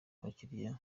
abakiriya